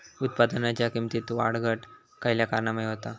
उत्पादनाच्या किमतीत वाढ घट खयल्या कारणामुळे होता?